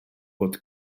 bod